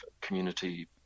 community